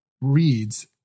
reads